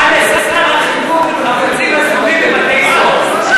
מה לשר החינוך ולחפצים אסורים בבתי-סוהר?